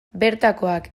bertakoak